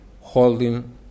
holding